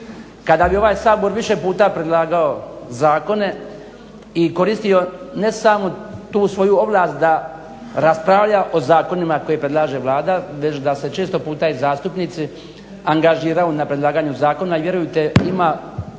kada bi ovaj Sabor više puta predlagao zakone i koristio ne samo tu svoju ovlast da raspravlja o zakonima koje predlaže Vlada već da se često puta i zastupnici angažiraju na predlaganju zakona i vjerujte ima